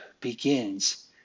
begins